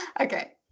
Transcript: okay